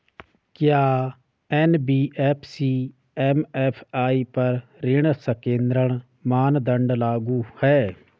क्या NBFC MFI पर ऋण संकेन्द्रण मानदंड लागू हैं?